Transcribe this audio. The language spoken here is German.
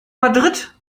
madrid